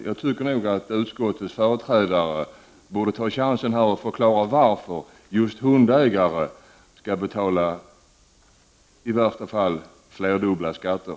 Jag tycker att utskottets företrädare borde ta chansen att förklara varför just hundägare skall betala i värsta fall flerdubbla skatter.